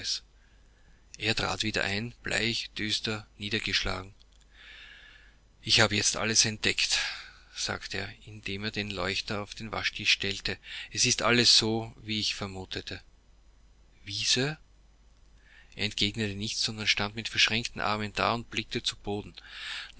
er trat wieder ein bleich düster niedergeschlagen ich habe jetzt alles entdeckt sagte er indem er den leuchter auf den waschtisch stellte es ist alles so wie ich vermutete wie sir er entgegnete nichts sondern stand mit verschränkten armen da und blickte zu boden